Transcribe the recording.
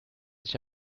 sich